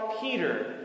Peter